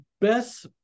best